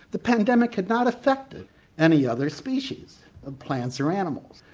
the pandemic had not affected any other species of plants or animals,